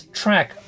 track